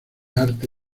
arte